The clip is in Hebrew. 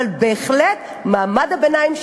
אבל בהחלט מעמד הביניים,